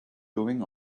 going